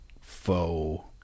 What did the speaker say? faux